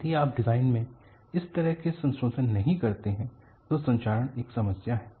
यदि आप डिजाइन में इस तरह के संशोधन नहीं करते हैं तो संक्षारण एक समस्या है